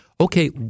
Okay